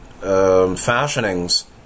fashionings